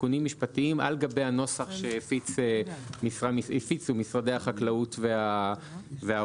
תיקונים משפטיים על גבי הנוסח שהפיצו משרדי החקלאות והאוצר.